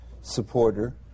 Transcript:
supporter